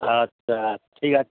আচ্ছা ঠিক আছে